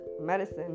medicine